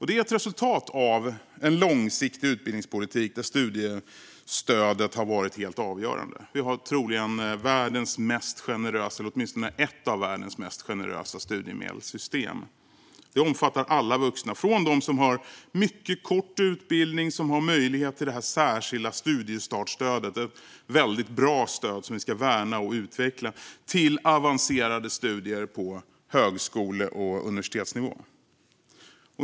Det är ett resultat av en långsiktig utbildningspolitik, där studiestödet har varit helt avgörande. Vi har troligen världens mest generösa, eller åtminstone ett av världens mest generösa, studiemedelssystem. Det omfattar alla vuxna, från dem som har mycket kort utbildning och har möjlighet till det särskilda studiestartsstödet - ett väldigt bra stöd som vi ska värna och utveckla - till dem som bedriver avancerade studier på högskole och universitetsnivå.